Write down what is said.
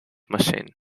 machine